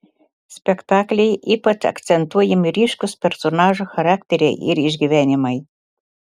spektaklyje ypač akcentuojami ryškūs personažų charakteriai ir išgyvenimai